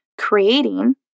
creating